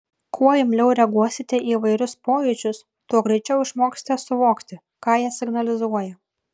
kuo imliau reaguosite į įvairius pojūčius tuo greičiau išmoksite suvokti ką jie signalizuoja